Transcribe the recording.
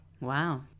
Wow